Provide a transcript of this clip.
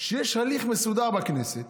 שיש הליך מסודר בכנסת